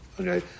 Okay